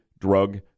drug